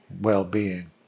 well-being